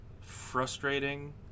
frustrating